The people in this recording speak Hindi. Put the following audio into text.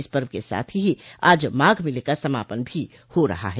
इस पर्व के साथ ही आज माघ मेले का समापन भी हो रहा है